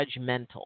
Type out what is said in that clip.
judgmental